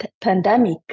pandemic